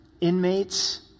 inmates